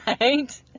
Right